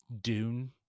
Dune